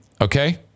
Okay